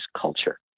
culture